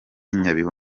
nyabihu